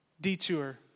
Detour